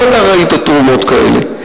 גם אתה ראית תרומות כאלה.